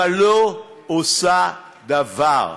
אבל לא עושה דבר.